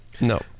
No